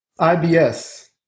IBS